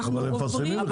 זה לא